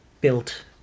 built